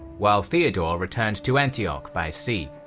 while theodore returned to antioch by sea.